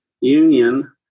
union